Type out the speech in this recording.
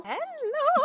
Hello